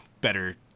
better